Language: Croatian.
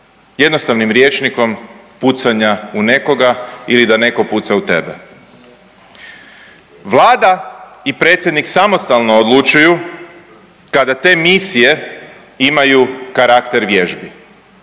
jednostavnim rječnikom pucanja u nekoga ili da neko puca u tebe. Vlada i predsjednik samostalno odlučuju kada te misije imaju karakter vježbi